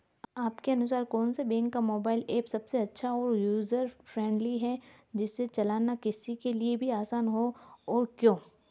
आपके अनुसार कौन से बैंक का मोबाइल ऐप सबसे अच्छा और यूजर फ्रेंडली है जिसे चलाना किसी के लिए भी आसान हो और क्यों?